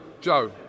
Joe